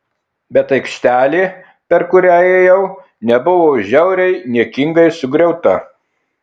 bet aikštelė per kurią ėjau nebuvo žiauriai niekingai sugriauta